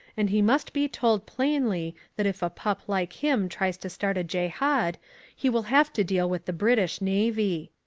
and he must be told plainly that if a pup like him tries to start a jehad he will have to deal with the british navy.